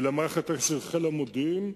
ובמערכת של חיל המודיעין.